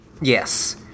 Yes